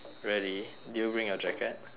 really did you bring your jacket